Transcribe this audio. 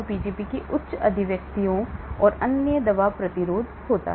Pgp की उच्च अभिव्यक्तियाँ और इसलिए दवा प्रतिरोध होता है